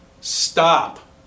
stop